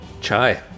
Chai